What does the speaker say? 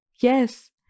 Yes